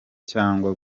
cyangwa